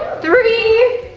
three.